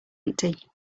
empty